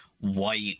white